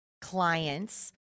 clients